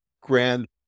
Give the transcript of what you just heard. grand